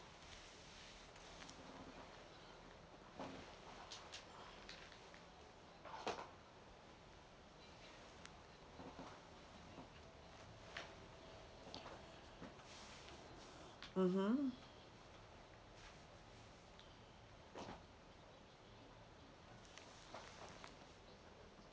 mmhmm